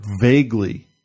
vaguely